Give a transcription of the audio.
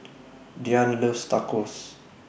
Diane loves Tacos